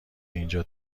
اینجا